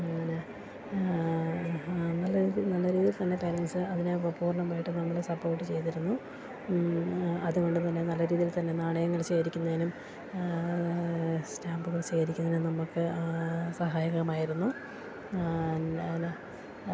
അങ്ങനെ നല്ല രീതിയിൽ തന്നെ പാരന്റ്സ് അതിനെ പൂർണ്ണമായിട്ട് നമ്മള് സപ്പോർട്ട് ചെയ്തിരുന്നു അതുകൊണ്ടുതന്നെ നല്ല രീതിയിൽത്തന്നെ നാണയങ്ങൾ ശേഖരിക്കുന്നതിനും സ്റ്റാമ്പുകൾ ശേഖരിക്കുന്നതിനും നമ്മള്ക്ക് സഹായകമായിരുന്നു പിന്നെ എന്നാ